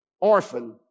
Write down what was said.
orphan